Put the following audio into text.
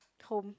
home